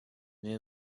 new